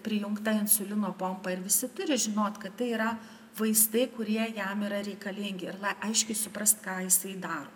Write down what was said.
prijungta insulino pompa ir visi turi žinot kad tai yra vaistai kurie jam yra reikalingi ir la aiškiai suprast ką jisai daro